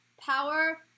Power